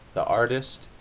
the artist,